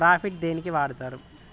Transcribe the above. Phorate దేనికి వాడుతరు?